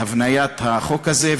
בהבניית החוק הזה,